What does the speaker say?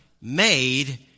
made